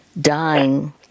dying